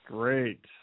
Great